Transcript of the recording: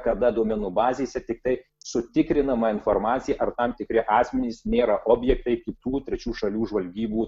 kada duomenų bazėse tiktai sutikrinama informacija ar tam tikri asmenys nėra objektai kitų trečių šalių žvalgybų